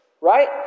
right